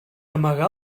amagar